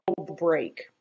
break